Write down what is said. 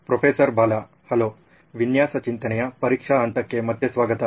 professor Bala hello ವಿನ್ಯಾಸ ಚಿಂತನೆಯ ಪರೀಕ್ಷಾ ಹಂತಕ್ಕೆ ಮತ್ತೆ ಸ್ವಾಗತ